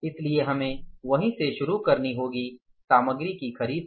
इसलिए हमें वही से शुरू करनी होगी सामग्री की खरीद से